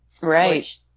Right